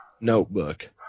notebook